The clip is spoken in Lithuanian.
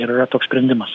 ir yra toks sprendimas